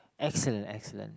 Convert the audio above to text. excellent excellent